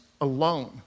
alone